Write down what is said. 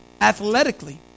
athletically